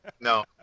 No